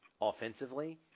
offensively